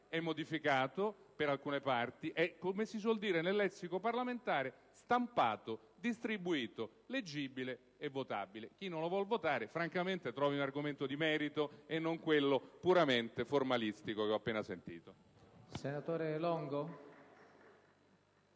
è modificato per alcune parti e, come si suol dire nel lessico parlamentare, stampato, distribuito, leggibile e votabile: chi non lo vuol votare francamente trovi un argomento di merito e non quello puramente formalistico che ho appena sentito. *(Applausi